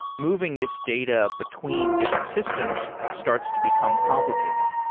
moving this data between different systems starts to become complicated.